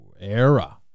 era